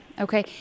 okay